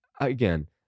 again